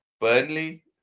Burnley